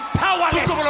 powerless